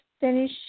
finish